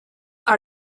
are